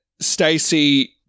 Stacy